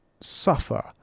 suffer